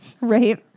right